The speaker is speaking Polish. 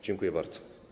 Dziękuję bardzo.